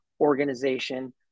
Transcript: organization